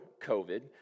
COVID